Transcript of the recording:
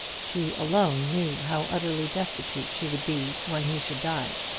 she alone knew how utterly destitute she would be when he should die.